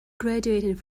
graduating